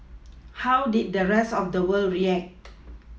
how did the rest of the world react